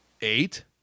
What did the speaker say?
eight